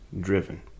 driven